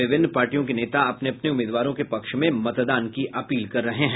विभिन्न पार्टियों के नेता अपने अपने उम्मीदवारों के पक्ष में मतदान की अपील कर रहे हैं